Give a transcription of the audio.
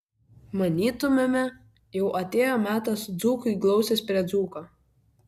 manytumėme jau atėjo metas dzūkui glaustis prie dzūko